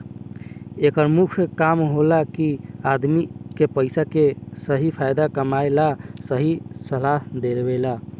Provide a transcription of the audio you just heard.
एकर मुख्य काम होला कि आदमी के पइसा के सही फायदा कमाए ला सही सलाह देवल